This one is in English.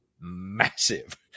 massive